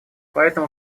поэтому